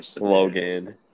Logan